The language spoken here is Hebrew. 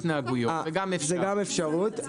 התלונה מגיעה אליכם.